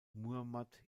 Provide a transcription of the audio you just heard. muhammad